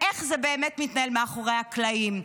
איך זה באמת מתנהל מאחורי הקלעים.